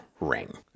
ring